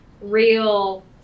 real